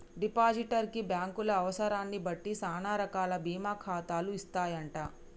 depositor కి బ్యాంకులు అవసరాన్ని బట్టి సానా రకాల బీమా ఖాతాలు ఇస్తాయంట